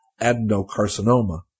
adenocarcinoma